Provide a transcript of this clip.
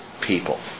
people